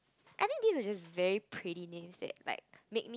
I think these are just very pretty names like makes